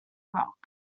rock